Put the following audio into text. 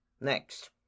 Next